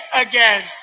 again